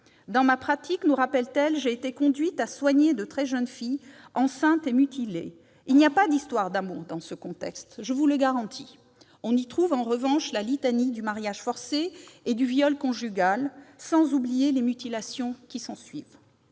Dans ma pratique, j'ai été conduite à soigner de très jeunes filles, enceintes et mutilées : il n'y a pas d'histoire d'amour dans ce contexte, je vous le garantis ! On y trouve en revanche la litanie du mariage forcé et du viol conjugal, sans oublier les mutilations. » Dans ce